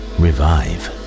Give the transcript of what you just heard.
revive